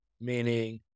meaning